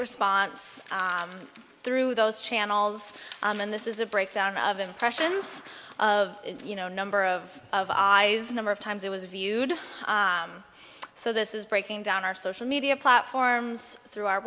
response through those channels and this is a breakdown of impressions of you know number of of eyes number of times it was viewed so this is breaking down our social media platforms through our